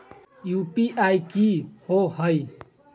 UPI कि होअ हई?